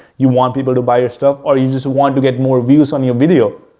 you want people to buy your stuff or you just want to get more views on your video.